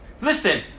Listen